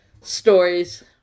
stories